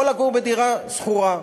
יכול לגור בדירה שכורה,